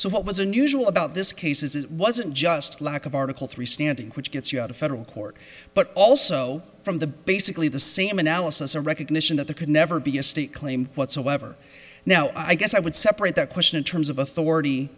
so what was unusual about this case is it wasn't just lack of article three standing which gets you out of federal court but also from the basically the same analysis a recognition that the could never be a state claim whatsoever now i guess i would separate that question in terms of authority